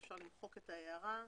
אפשר למחוק את ההערה.